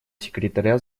секретаря